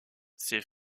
ses